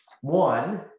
One